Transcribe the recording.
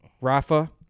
Rafa